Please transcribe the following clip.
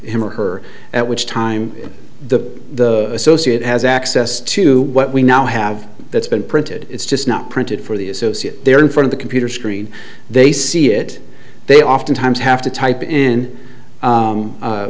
him or her at which time the associate has access to what we now have that's been printed it's just not printed for the associate there in front of a computer screen they see it they oftentimes have to type